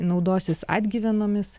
naudosis atgyvenomis